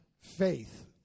faith